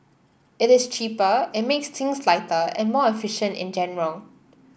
it is cheaper it makes things lighter and more efficient in general